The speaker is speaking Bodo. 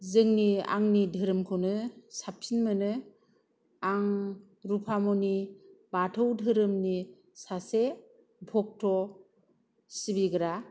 जोंनि आंनि धोरोमखौनो साबसिन मोनो आं रुफामनि बाथौ धोरोमनि सासे भक्ट' सिबिग्रा